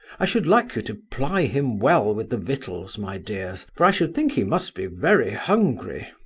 i should like you to ply him well with the victuals, my dears, for i should think he must be very hungry.